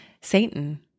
Satan